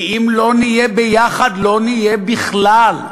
כי אם לא נהיה ביחד לא נהיה בכלל.